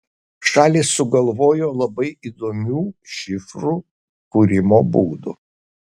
šalys sugalvojo labai įdomių šifrų kūrimo būdų